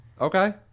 Okay